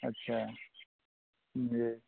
अच्छा जी